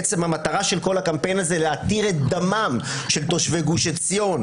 כשהמטרה של כל הקמפיין הזה להתיר את דמם של כל תושבי גוש עציון,